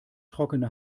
trockene